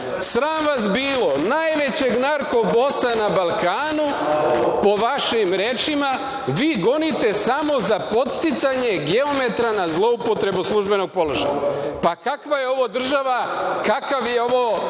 Sram tebe bilo!)Najvećeg narkobosa na Balkanu, po vašim rečima, vi gonite samo za podsticanje geometra na zloupotrebu službenog položaja. Pa, kakva je ovo država, kakav je ovo